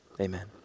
amen